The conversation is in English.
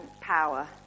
power